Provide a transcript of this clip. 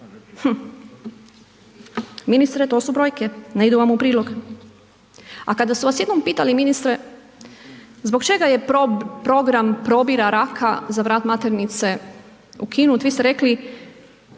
Ministre to su brojke, ne idu vam u prilog. A kada su vas jednom pitali ministre zbog čega je program probira raka za vrat maternice ukinut vi ste rekli